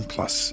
Plus